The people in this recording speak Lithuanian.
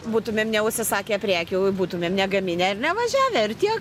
būtumėm neužsisakę prekių būtumėm negaminę ir nevažiavę ir tiek